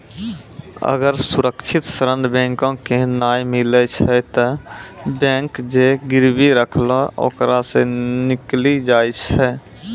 अगर सुरक्षित ऋण बैंको के नाय मिलै छै तै बैंक जे गिरबी रखलो ओकरा सं निकली जाय छै